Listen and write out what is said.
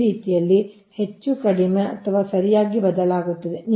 ಈ ರೀತಿಯಲ್ಲಿ ಹೆಚ್ಚು ಕಡಿಮೆ ಅದು ಸರಿಯಾಗಿ ಬದಲಾಗುತ್ತದೆ